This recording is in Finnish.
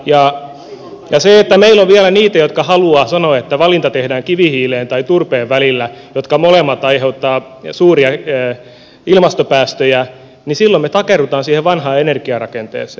jos meillä on vielä niitä jotka haluavat sanoa että valinta tehdään kivihiilen ja turpeen välillä jotka molemmat aiheuttavat suuria ilmastopäästöjä niin silloin me takerrumme siihen vanhaan energiarakenteeseen